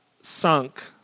sunk